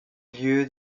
lieu